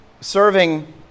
serving